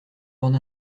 bande